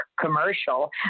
commercial